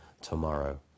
tomorrow